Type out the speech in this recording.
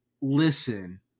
listen